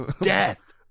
death